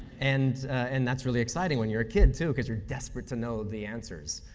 and and that's really exciting when you're a kid, too, because you're desperate to know the answers,